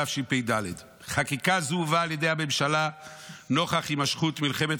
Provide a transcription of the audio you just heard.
התשפ"ד 2024. חקיקה זו הובאה על ידי הממשלה נוכח הימשכות מלחמת